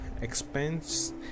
Expense